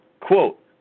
quote